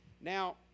Now